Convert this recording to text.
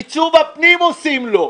עיצוב הפנים עושים לו.